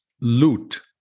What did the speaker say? loot